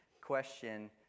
Question